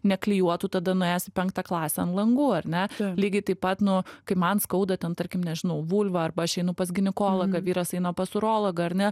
neklijuotų tada nuėjęs į penktą klasę ant langų ar ne lygiai taip pat nu kai man skauda ten tarkim nežinau vulva arba aš einu pas ginekologą vyras eina pas urologą ar ne